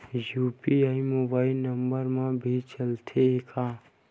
UPI mobile number मा भी चलते हे का?